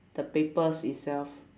the papers itself